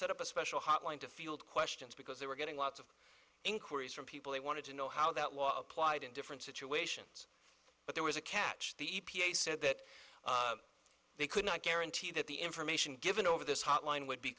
set up a special hotline to field questions because they were getting lots of inquiries from people they wanted to know how that law applied in different situations but there was a catch the e p a said that they could not guarantee that the information given over this hotline would be